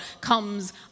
comes